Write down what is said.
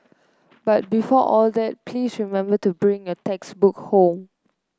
but before all that please remember to bring your textbook home